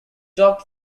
talked